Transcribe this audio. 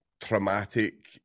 traumatic